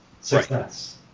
success